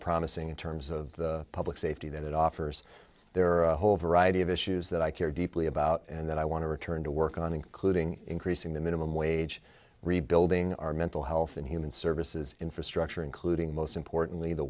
promising in terms of public safety that it offers there are a whole variety of issues that i care deeply about and that i want to return to work on including increasing the minimum wage rebuilding our mental health and human services infrastructure including most importantly the